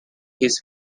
his